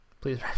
Please